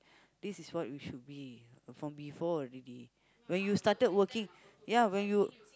this is what we should be from before already when you started working ya when you